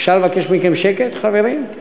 אפשר לבקש מכם שקט, חברים?